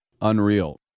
Unreal